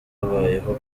habayeho